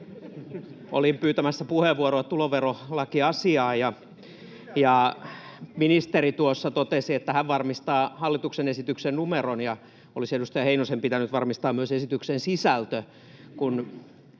Olin pyytämässä puheenvuoroa tuloverolakiasiaan, ja kun ministeri tuossa totesi, että hän varmistaa hallituksen esityksen numeron, niin olisi edustaja Heinosen pitänyt varmistaa myös esityksen sisältö,